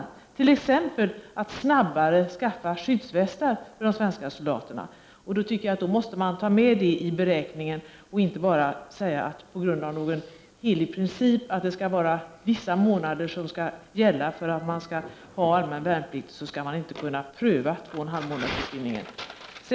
Det kan t.ex. gälla att snabbare skaffa skyddsvästar åt de svenska soldaterna. En sådan sak måste, enligt min mening, tas med i beräkningen. Det får inte vara så, att man på grund av någon helig princip beträffande antalet månader för värnplikten inte skall kunna pröva 2,5-månadersutbildningen.